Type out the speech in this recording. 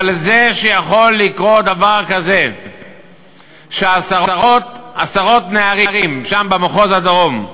אבל זה שיכול לקרות דבר כזה שעשרות נערים שם במחוז הדרום,